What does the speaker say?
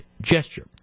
gesture